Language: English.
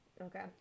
Okay